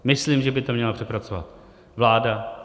Myslím, že by to měla přepracovat vláda.